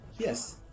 Yes